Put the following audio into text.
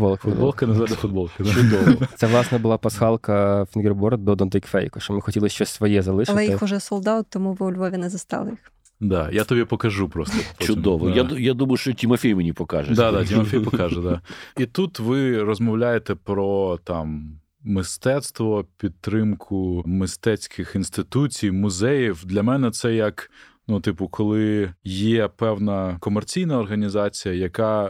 Футболка, Футболка, да. назвати футболкою, да. Чудово. Це, власне, була пасхалка фінгерборд до Don't Take Fake, що ми хотіли щось своє залишити. Але їх уже sold out, тому ви у Львові не застали їх. Да, я тобі покажу просто Чудово. потім, Я да. д- я думаю, що Тімофій мені покаже. Да, да, Тімофій покаже, да. І тут ви розмовляєте про, там, мистецтво, підтримку мистецьких інституцій, музеїв. Для мене це як, ну, типу, коли є певна комерційна організація, яка